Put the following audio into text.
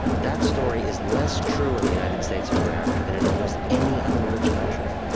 that story is less true in the united states of america than in almost any other rich country.